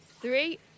Three